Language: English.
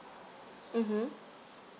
mm